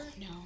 no